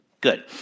Good